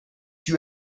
you